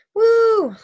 Woo